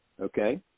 Okay